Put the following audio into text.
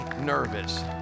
nervous